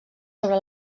sobre